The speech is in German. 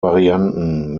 varianten